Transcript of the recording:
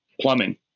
Plumbing